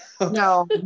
no